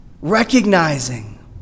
recognizing